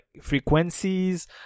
frequencies